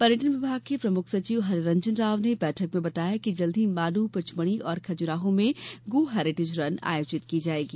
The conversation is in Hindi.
पर्यटन विभाग के प्रमुख सचिव हरि रंजन राव ने बैठक में बताया कि जल्द ही माँडू पचमढ़ी और खजुराहो में गो हेरीटेज रन आयोजित की जायेगी